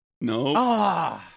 No